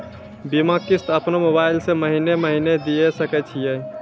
बीमा किस्त अपनो मोबाइल से महीने महीने दिए सकय छियै?